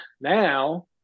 now